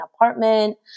apartment